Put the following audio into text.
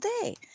day